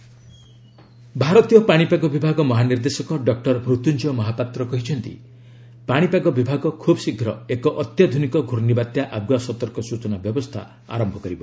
cyclone warning system ଭାରତୀୟ ପାଣିପାଗ ବିଭାଗ ମହାନିର୍ଦ୍ଦେଶକ ଡକୁର ମୃତ୍ୟୁଞ୍ଜୟ ମହାପାତ୍ର କହିଛନ୍ତି ପାଶିପାଗ ବିଭାଗ ଖୁବ୍ ଶୀଘ୍ର ଏକ ଅତ୍ୟାଧୁନିକ ଘୂର୍ଣ୍ଣିବାତ୍ୟା ଆଗୁଆ ସତର୍କ ସୂଚନା ବ୍ୟବସ୍ଥା ଆରମ୍ଭ କରିବ